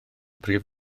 prif